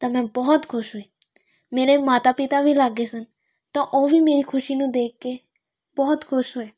ਤਾਂ ਮੈਂ ਬਹੁਤ ਖੁਸ਼ ਹੋਈ ਮੇਰੇ ਮਾਤਾ ਪਿਤਾ ਵੀ ਲਾਗੇ ਸਨ ਤਾਂ ਉਹ ਵੀ ਮੇਰੀ ਖੁਸ਼ੀ ਨੂੰ ਦੇਖ ਕੇ ਬਹੁਤ ਖੁਸ਼ ਹੋਏ